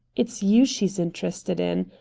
it's you she's interested in.